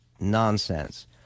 nonsense